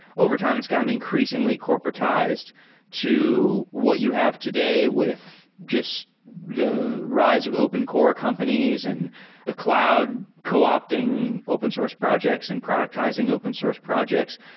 overtime it's gotten increasingly corporatized to what you have today with just the rise of open core companies and the cloud co-opting open source projects and productizing open source projects.